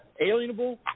alienable